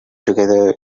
together